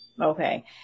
Okay